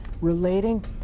relating